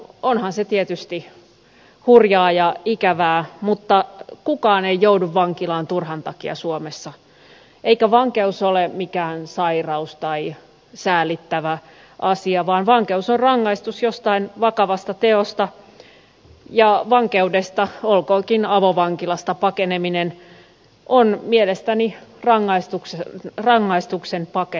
onhan se tietysti hurjaa ja ikävää mutta kukaan ei joudu vankilaan turhan takia suomessa eikä vankeus ole mikään sairaus tai säälittävä asia vaan vankeus on rangaistus jostain vakavasta teosta ja vankeudesta olkoonkin avovankilasta pakeneminen on mielestäni rangaistuksesta pakenemista